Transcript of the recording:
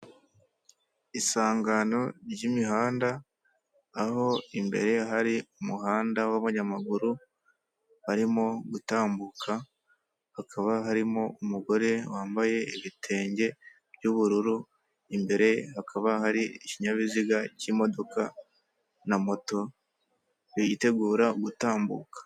Isangano ry'imihanda aho imbere hari umuhanda w'abanyamaguru barimo gutambuka, hakaba harimo umugore wambaye ibitenge by'ubururu, imbere hakaba hari ikinyabiziga cy'imodoka na moto bitegura gutambuka.